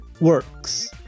works